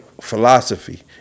philosophy